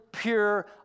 pure